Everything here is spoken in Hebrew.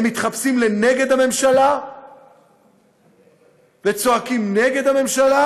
הם מתחפשים לנגד הממשלה וצועקים נגד הממשלה,